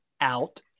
out